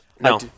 No